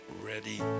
ready